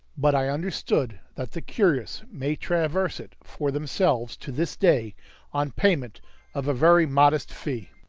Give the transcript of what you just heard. but i understood that the curious may traverse it for themselves to this day on payment of a very modest fee.